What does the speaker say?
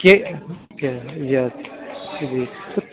ٹھیک جی